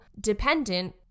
dependent